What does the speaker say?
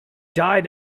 died